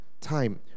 time